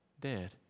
dead